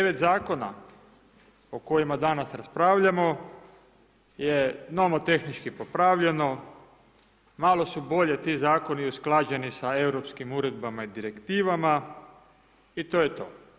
9 zakona o kojima danas raspravljamo je, imamo tehnički popravljeno, malo su bolje ti zakoni usklađeni sa europskim uredbama i direktivama i to je to.